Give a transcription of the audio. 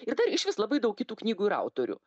ir dar išvis labai daug kitų knygų ir autorių